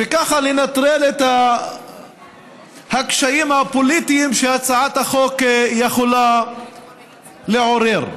וככה לנטרל את הקשיים הפוליטיים שהצעת החוק יכולה לעורר.